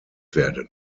werden